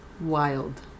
wild